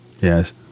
Yes